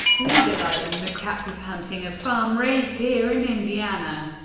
legalizing the captive hunting of farm-raised deer in indiana.